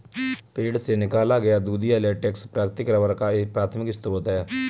पेड़ से निकाला गया दूधिया लेटेक्स प्राकृतिक रबर का प्राथमिक स्रोत है